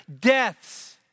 deaths